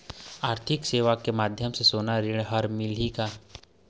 आरथिक सेवाएँ के माध्यम से सोना ऋण हर मिलही का?